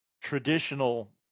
traditional